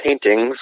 paintings